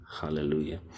hallelujah